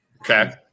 Okay